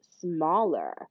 smaller